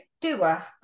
doer